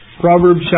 Proverbs